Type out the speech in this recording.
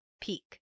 Peak